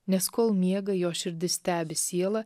nes kol miega jo širdis stebi sielą